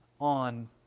on